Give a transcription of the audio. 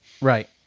Right